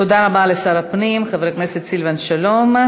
תודה רבה לשר הפנים חבר הכנסת סילבן שלום.